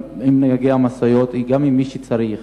גם עם נהגי המשאיות וגם עם מי שצריך,